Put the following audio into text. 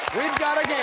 we've got a